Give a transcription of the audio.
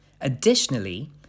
Additionally